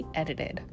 edited